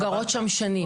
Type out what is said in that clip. הן גרות שם שנים.